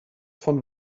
von